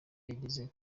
yagize